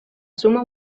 suma